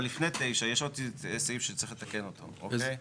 אבל לפני 9, יש עוד סעיף שצריך לתקן אותו, אוקיי?